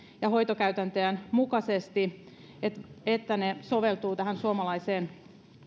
ja hoitokäytäntöjen mukaisesti että että ne soveltuvat tähän suomalaiseen